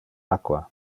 aqua